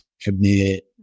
commit